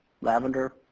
lavender